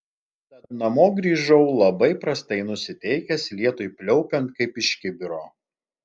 tad namo grįžau labai prastai nusiteikęs lietui pliaupiant kaip iš kibiro